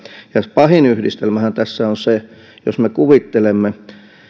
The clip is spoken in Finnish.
pahin yhdistelmähän tässä on se jos me kuvittelemme